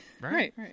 right